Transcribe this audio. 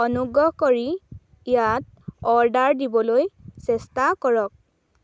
অনুগ্ৰহ কৰি ইয়াত অৰ্ডাৰ দিবলৈ চেষ্টা কৰক